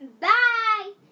Bye